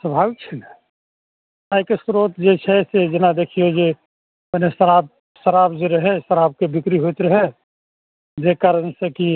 स्वाभाविक छै ने आयके श्रोत जे छै से जेना देखियौ जे मने शराब शराब जे रहय शराबके बिक्री होइत रहय जे कारणसँ कि